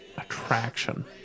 attraction